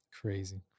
Crazy